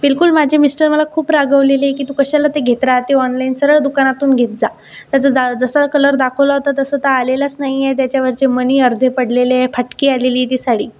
बिलकुल माझे मिस्टर मला खूप रागवलेले की तू कशाला ते घेत राहते ऑनलाईन सरळ दुकानातून घेत जा त्याचा जसा कलर दाखवला होता तसा आलेलाच नाहीये त्याच्यावरचे मनी अर्धे पडलेले फाटकी आलेले ती साडी